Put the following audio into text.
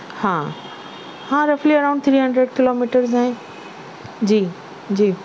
ہاں ہاں رفلی اراؤنڈ تھری ہنڈریڈ کلومیٹرز ہیں جی جی